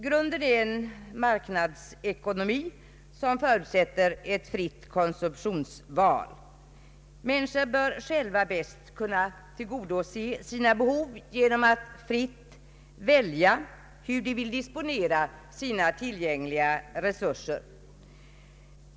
Grunden är en marknadsekonomi som förutsätter ett fritt konsumtionsval. Människorna bör själva bäst kunna tillgodose sina behov genom att fritt få välja, hur de vill disponera tillgängliga resurser.